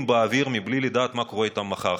באוויר בלי לדעת מה קורה איתם מחר.